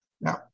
Now